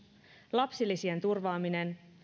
lapsilisien turvaaminen